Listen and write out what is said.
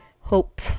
hope